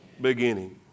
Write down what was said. beginning